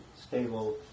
stable